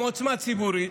עם עוצמה ציבורית,